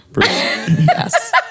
Yes